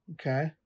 Okay